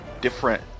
different